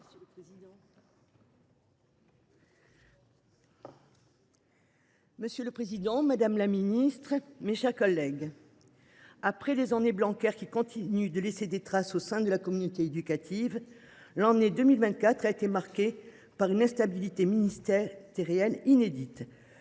Monsieur le président, madame, monsieur les ministres, mes chers collègues, après des années Blanquer qui continuent de laisser des traces au sein de la communauté éducative, l’année 2024 a été marquée par une instabilité ministérielle inédite.